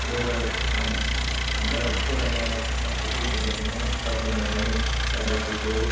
दावहायाव आं फरायनो आं जोबोद मोजां मोनो दावहा नांनायनि खायदा कौशल